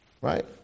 right